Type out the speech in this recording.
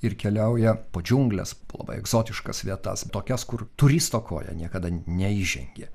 ir keliauja po džiungles labai egzotiškas vietas tokias kur turisto koja niekada neįžengė